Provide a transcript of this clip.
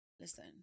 listen